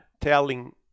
telling